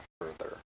further